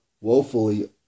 woefully